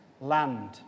land